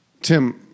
Tim